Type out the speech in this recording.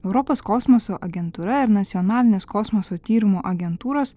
europos kosmoso agentūra ir nacionalinės kosmoso tyrimo agentūros